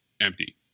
empty